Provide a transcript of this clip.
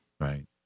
Right